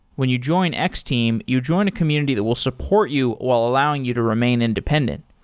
when you join x-team, you join a community that will support you while allowing you to remain independent,